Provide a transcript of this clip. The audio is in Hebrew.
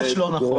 ממש לא נכון.